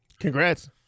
Congrats